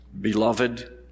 Beloved